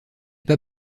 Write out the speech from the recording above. pas